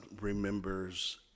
Remembers